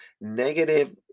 negative